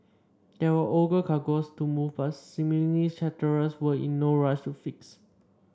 there were ore cargoes to move but seemingly charterers were in no rush to fix